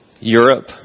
Europe